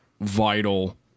vital